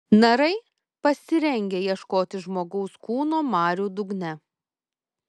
narai pasirengę ieškoti žmogaus kūno marių dugne